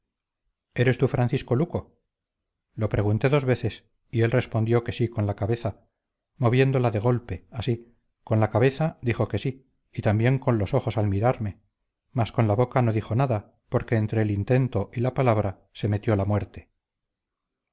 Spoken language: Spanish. eres tú francisco luco lo pregunté dos veces y él respondió que sí con la cabeza moviéndola de golpe así con la cabeza dijo que sí y también con los ojos al mirarme mas con la boca no dijo nada porque entre el intento y la palabra se metió la muerte